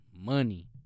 Money